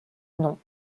non